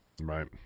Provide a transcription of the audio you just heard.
Right